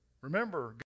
remember